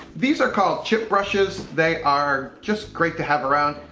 these are called chip brushes. they are just great to have around.